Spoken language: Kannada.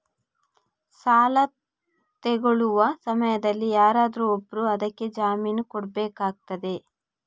ಸಾಲ ತೆಗೊಳ್ಳುವ ಸಮಯದಲ್ಲಿ ಯಾರಾದರೂ ಒಬ್ರು ಅದಕ್ಕೆ ಜಾಮೀನು ಕೊಡ್ಬೇಕಾಗ್ತದೆ